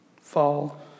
fall